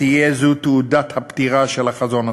תהיה זו תעודת הפטירה של החזון הציוני.